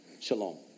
Shalom